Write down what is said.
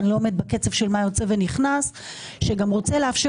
אני לא עומדת בקצב של מה יוצא ונכנס - שגם רוצה לאפשר